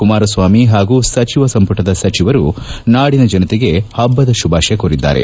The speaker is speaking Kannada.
ಕುಮಾರಸ್ವಾಮಿ ಹಾಗೂ ಸಚಿವ ಸಂಪುಟದ ಸಚಿವರು ನಾಡಿನ ಜನತೆಗೆ ಹಬ್ಬದ ಶುಭಾಶಯ ಕೋರಿದ್ದಾರೆ